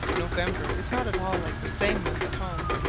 november is not at all like the same month at home.